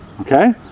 Okay